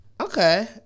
Okay